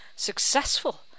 Successful